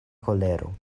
koleru